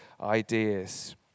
ideas